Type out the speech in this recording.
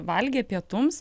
valgė pietums